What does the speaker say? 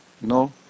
no